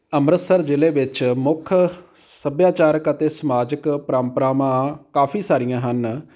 ਅੰਮ੍ਰਿਤਸਰ ਜ਼ਿਲ੍ਹੇ ਵਿੱਚ ਮੁੱਖ ਸੱਭਿਆਚਾਰਿਕ ਅਤੇ ਸਮਾਜਿਕ ਪ੍ਰੰਪਰਾਵਾਂ ਕਾਫੀ ਸਾਰੀਆਂ ਹਨ